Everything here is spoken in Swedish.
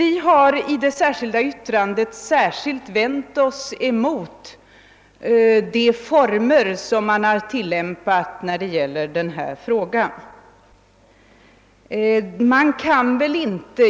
I det särskilda yttrandet har vi speciellt vänt oss mot de former som tilllämpats då det gäller den här frågan.